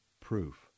proof